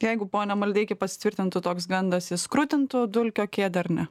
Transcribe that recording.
jeigu pone maldeiki pasitvirtintų toks gandas jis krutintų dulkio kėdę ar ne